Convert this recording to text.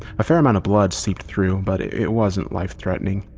a fair amount of blood seeped through, but it wasn't life threatening.